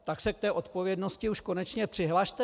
Tak se k té odpovědnosti už konečně přihlaste.